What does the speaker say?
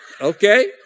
Okay